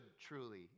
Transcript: truly